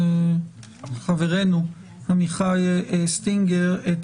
עמיחי סטינגר,